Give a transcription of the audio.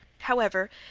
however,